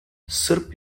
sırp